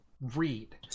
read